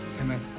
Amen